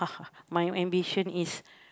my ambition is